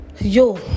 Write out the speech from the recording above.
yo